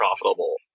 profitable